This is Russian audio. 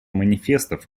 манифестов